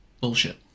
bullshit